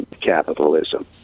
capitalism